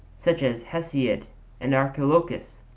such as hesiod and archilochus